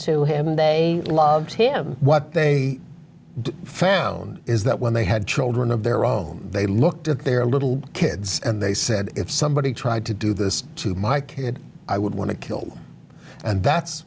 to him they loved him what they found is that when they had children of their own they looked at their little kids and they said if somebody tried to do as to my kid i would want to kill and that's